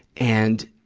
and,